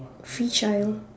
free child